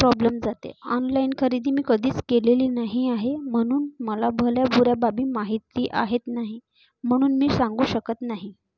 problem जाते online खरेदी मी कधीच केलेली नाही आहे म्हणून मला भल्याबुऱ्या बाबी माहिती आहेत नाही म्हणून मी सांगू शकत नाही